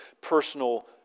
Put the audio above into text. personal